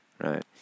right